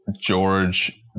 George